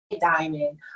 diamond